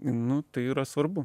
nu tai yra svarbu